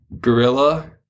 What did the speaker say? gorilla